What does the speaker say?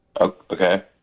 Okay